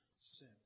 sin